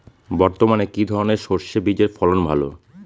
বর্তমানে কি ধরনের সরষে বীজের ফলন ভালো?